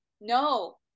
no